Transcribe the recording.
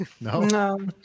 No